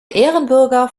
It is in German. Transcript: ehrenbürger